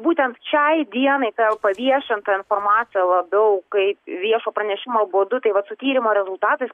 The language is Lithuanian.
būtent šiai dienai ta jau paviešinta informacija labiau kaip viešo pranešimo būdu tai vat su tyrimo rezultatais